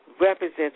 represents